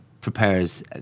prepares